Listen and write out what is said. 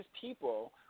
people